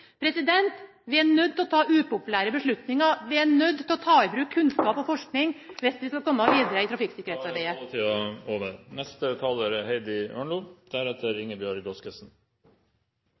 å ta upopulære beslutninger. Vi er nødt til å ta i bruk kunnskap og forskning hvis vi skal komme videre i trafikksikkerhetsarbeidet. Vi har registrert at Høyre og Erna Solberg har avlyst sin tilslutning til